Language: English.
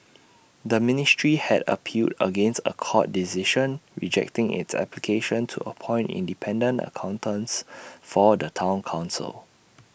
the ministry had appealed against A court decision rejecting its application to appoint independent accountants for the Town Council